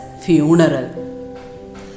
funeral